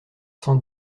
cent